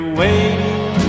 waiting